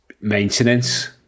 maintenance